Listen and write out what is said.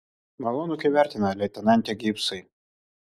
malonu kai vertina leitenante gibsai